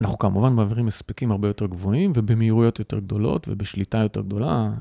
אנחנו כמובן מעבירים הספקים הרבה יותר גבוהים ובמהירויות יותר גדולות ובשליטה יותר גדולה.